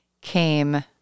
came